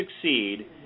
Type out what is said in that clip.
succeed